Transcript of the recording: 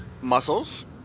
Muscles